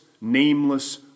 nameless